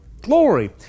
glory